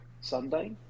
Sunday